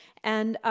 and, um,